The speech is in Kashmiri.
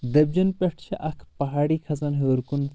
دٔبجٮ۪ن پٮ۪ٹھ چھِ اکھ پہاڑی کھژان ہیور کُن